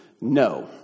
No